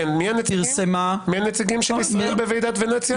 פרסמה --- מי הנציגים של ישראל בוועידת ונציה?